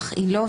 אך היא לא,